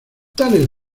tales